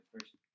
first